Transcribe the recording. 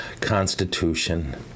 constitution